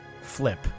flip